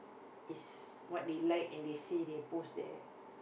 is what they like and they say they post there